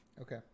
Okay